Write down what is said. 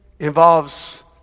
involves